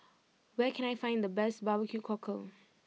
where can I find the best Barbecue Cockle